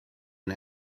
and